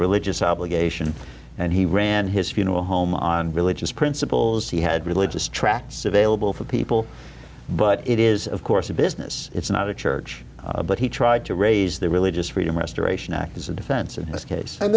religious obligation and he ran his funeral home on religious principles he had religious tracts available for people but it is of course a business it's not a church but he tried to raise the religious freedom restoration act as a defense in this case and